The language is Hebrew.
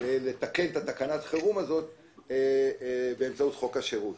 לתקן את תקנת החירום הזאת באמצעות חוק השירות.